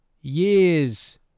years